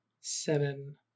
seven